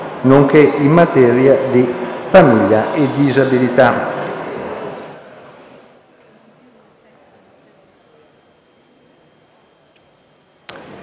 nonché in materia di famiglia e disabilità***